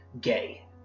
gay